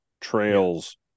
trails